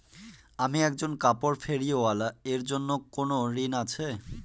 আমি একজন কাপড় ফেরীওয়ালা এর জন্য কোনো ঋণ আছে?